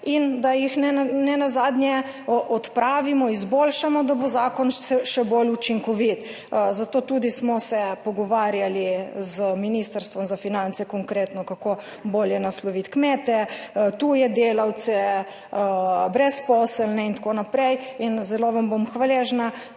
in da jih nenazadnje odpravimo, izboljšamo, da bo zakon še bolj učinkovit. Zato smo se tudi pogovarjali z Ministrstvom za finance, konkretno, kako bolje nasloviti kmete, tuje delavce, brezposelne in tako naprej. Zelo vam bom hvaležna,